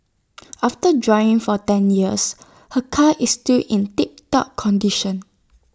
after driving for ten years her car is still in tiptop condition